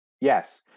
Yes